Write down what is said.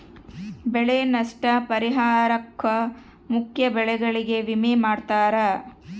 ಬೆಳೆ ನಷ್ಟ ಪರಿಹಾರುಕ್ಕ ಮುಖ್ಯ ಬೆಳೆಗಳಿಗೆ ವಿಮೆ ಮಾಡ್ತಾರ